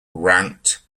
ranked